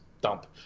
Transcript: dump